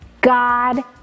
God